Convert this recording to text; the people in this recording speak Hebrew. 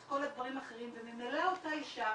את כל הדברים האחרים וממילא אותה אישה